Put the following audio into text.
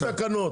תקנות.